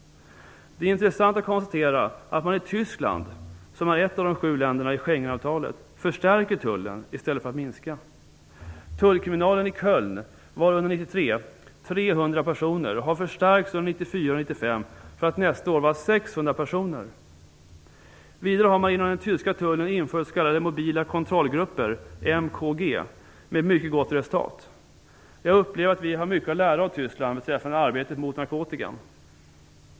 Det är intressant att konstatera att man i Tyskland som är ett av de sju länderna i Schengenavtalet förstärker tullen i stället för att minska. Tullkriminalen Köln var under 1993 på 300 personer och har förstärkts under 1994 och 1995 för att nästa år vara uppe i 600 personer. Vidare har man inom tyska tullen infört s.k. mobila kontrollgrupper med mycket gott resultat. Jag upplever att vi har mycket att lära av Tyskland beträffande arbetet mot narkotikan.